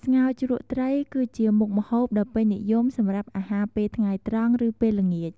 ស្ងោរជ្រក់ត្រី គឺជាមុខម្ហូបដ៏ពេញនិយមសម្រាប់អាហារពេលថ្ងៃត្រង់ ឬពេលល្ងាច។